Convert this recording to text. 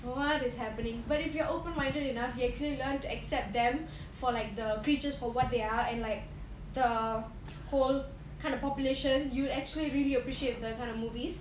what is happening but if you're open minded enough you actually to learn to accept them for like the creatures for what they are and like the whole kind of population you'd actually really appreciate that kind of movies